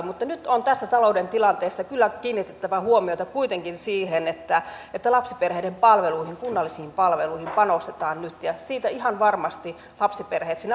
mutta nyt on tässä talouden tilanteessa kyllä kiinnitettävä huomiota kuitenkin siihen että lapsiperheiden palveluihin kunnallisiin palveluihin panostetaan nyt ja siitä ihan varmasti lapsiperheet siinä arjessaan hyötyvät